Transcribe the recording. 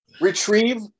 Retrieve